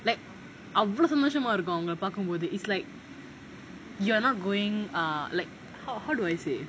like அவ்ளோ சந்தோஷமா இருக்கும் அவங்கள பாக்கும் போது:avlo sandoshama irukum avanagala paakum pothu is like you are not going err like how how do I say